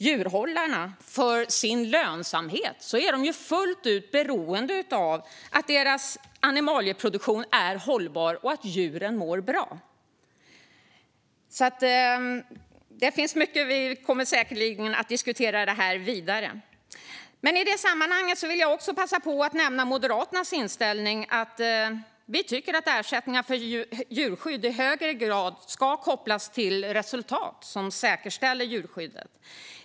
Djurhållarna är för sin lönsamhet fullt ut beroende av att animalieproduktionen är hållbar och att djuren mår bra. Det finns mycket att diskutera vidare. I sammanhanget vill jag passa på att nämna Moderaternas inställning. Vi tycker att ersättningar för djurskydd i högre grad ska kopplas till resultat som säkerställer djurskyddet.